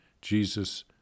Jesus